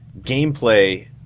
gameplay